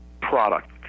product